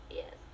yes